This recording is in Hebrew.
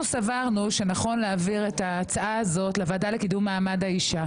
אנחנו סברנו שנכון להעביר את ההצעה הזאת לוועדה לקידום מעמד האישה